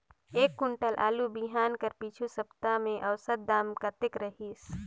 एक कुंटल आलू बिहान कर पिछू सप्ता म औसत दाम कतेक रहिस?